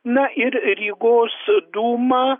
na ir rygos dūma